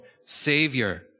savior